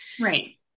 right